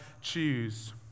choose